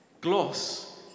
Gloss